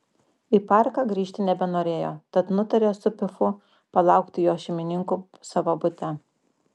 į parką grįžti nebenorėjo tad nutarė su pifu palaukti jo šeimininkų savo bute